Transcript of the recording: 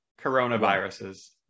Coronaviruses